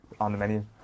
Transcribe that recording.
on-the-menu